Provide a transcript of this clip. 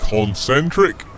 Concentric